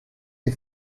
les